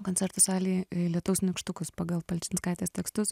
koncertų salėj lietaus nykštukus pagal palčinskaitės tekstus